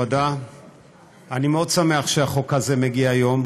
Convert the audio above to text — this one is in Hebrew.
מאוד שמח שהחוק הזה מגיע היום.